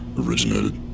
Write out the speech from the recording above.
originated